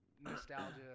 nostalgia